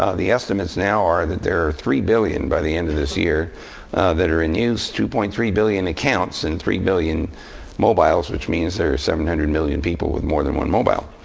ah the estimates now are that there are three billion by the end of this year that are in use, two point three billion accounts, and three billion mobiles, which means there are seven hundred million people with more than one mobile.